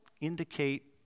indicate